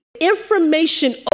information